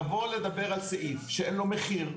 לבוא לדבר על סעיף שאין לו מחיר,